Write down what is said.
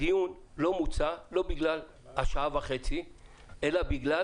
הדיון לא מוצה לא בגלל השעה וחצי אלא בגלל